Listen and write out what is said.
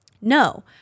no